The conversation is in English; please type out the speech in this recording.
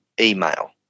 email